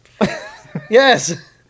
Yes